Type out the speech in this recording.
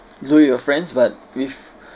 do with your friends but with